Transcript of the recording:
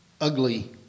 ugly